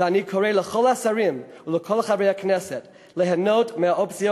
ואני קורא לכל השרים ולכל חברי הכנסת ליהנות מהאופציות